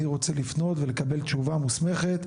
אני רוצה לפנות ולקבל תשובה מוסמכת,